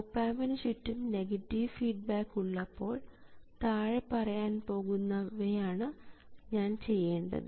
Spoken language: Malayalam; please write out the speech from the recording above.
ഓപ് ആമ്പിന് ചുറ്റും നെഗറ്റീവ് ഫീഡ്ബാക്ക് ഉള്ളപ്പോൾ താഴെ പറയാൻ പോകുന്നവയാണ് ഞാൻ ചെയ്യേണ്ടത്